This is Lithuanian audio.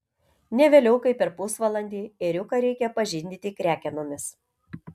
ne vėliau kaip per pusvalandį ėriuką reikia pažindyti krekenomis